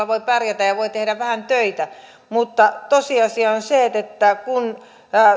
voi pärjätä ja voi tehdä vähän töitä mutta tosiasia on se että